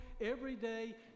everyday